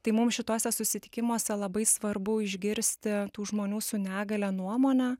tai mum šituose susitikimuose labai svarbu išgirsti tų žmonių su negalia nuomonę